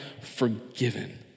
forgiven